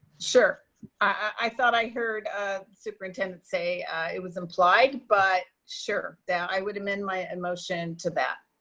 sure i thought i heard superintendent say it was implied, but sure that i would amend my and motion to that.